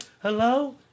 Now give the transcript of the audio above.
Hello